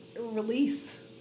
release